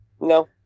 No